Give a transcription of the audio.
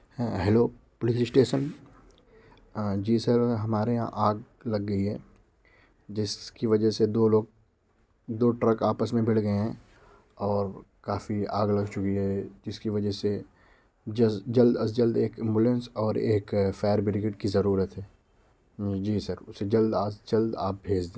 ہاں hello police station جی sir ہمارے یہاں آگ لگ گئی ہے جس کی وجہ سے دو لوگ دو ٹرک آپس میں بھڑ گئے ہیں اور کافی آگ لگ چکی ہے جس کی وجہ سے جلد از جلد ایک ایمبولینس اور ایک فائر بریگیڈ کی ضرورت ہے جی سر اسے جلد از جلد آپ بھیج دیں